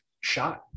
shot